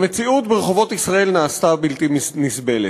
המציאות ברחובות ישראל נעשתה בלתי נסבלת.